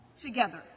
together